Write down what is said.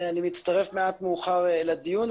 אני מצטרף מעט מאוחר לדיון,